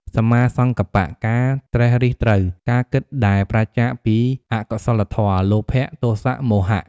សម្មាសង្កប្បៈ ការត្រិះរិះត្រូវ ការគិតដែលប្រាសចាកពីអកុសលធម៌ លោភៈ ទោសៈ មោហៈ។